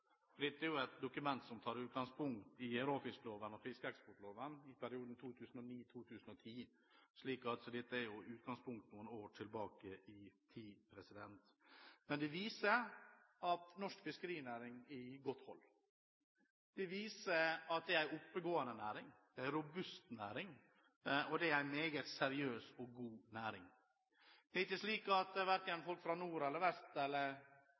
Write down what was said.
Dette er et dokument som tar utgangspunkt i råfiskloven og fiskeeksportloven i perioden 2009–2010, så dette er i utgangspunktet noen år tilbake i tid. Det viser at norsk fiskerinæring er i godt hold. Det viser at det er en oppegående næring, en robust næring, og at det er en meget seriøs og god næring. Det er ikke slik at folk verken fra nord, vest eller